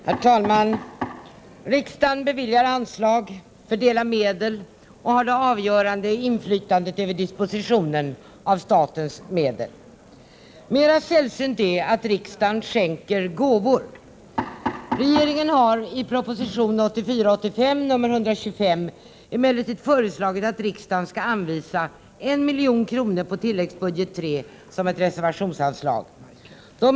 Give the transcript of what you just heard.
Herr talman! Riksdagen beviljar anslag, fördelar medel och har det avgörande inflytandet över dispositionen av statens medel. Mera sällsynt är att riksdagen skänker gåvor. Regeringen har i proposition 1984/85:125 emellertid föreslagit att riksdagen skall anvisa 1 milj.kr. på tilläggsbudget ITI som ett reservationsanslag.